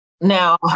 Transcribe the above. Now